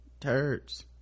Turds